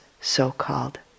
so-called